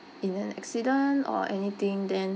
in an accident or anything then